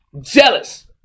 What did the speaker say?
jealous